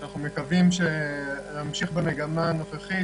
כשאנחנו מקווים שנמשיך במגמה הנוכחית